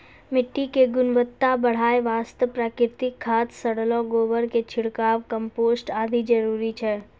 मिट्टी के गुणवत्ता बढ़ाय वास्तॅ प्राकृतिक खाद, सड़लो गोबर के छिड़काव, कंपोस्ट आदि जरूरी छै